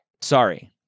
Sorry